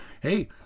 Hey